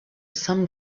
some